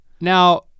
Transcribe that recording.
Now